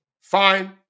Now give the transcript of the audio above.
Fine